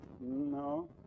No